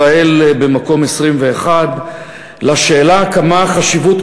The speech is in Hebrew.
ישראל במקום 21. בשאלה כמה חשיבות